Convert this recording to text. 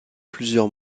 plusieurs